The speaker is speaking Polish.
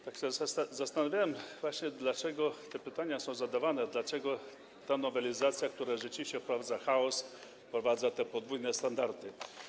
Tak się zastanawiałem właśnie, dlaczego te pytania są zadawane, dlaczego jest ta nowelizacja, która rzeczywiście wprowadza chaos, wprowadza te podwójne standardy.